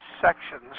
sections